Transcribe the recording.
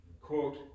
quote